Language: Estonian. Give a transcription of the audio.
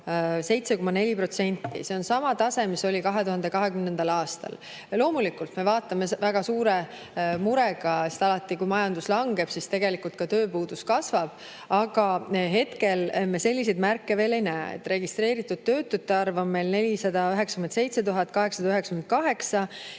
7,4%. See on sama tase, mis oli 2020. aastal. Loomulikult me vaatame seda väga suure murega, sest alati kui majandus langeb, siis tegelikult ka tööpuudus kasvab. Aga hetkel me selliseid märke veel ei näe. Registreeritud töötute arv on meil 497 898